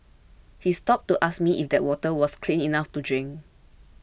he stopped to ask me if that water was clean enough to drink